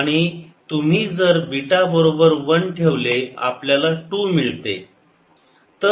आणि तुम्ही जर बीटा बरोबर 1 ठेवले आपल्याला 2 मिळते